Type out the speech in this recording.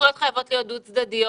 הסמכויות חייבות להיות דו צדדיות.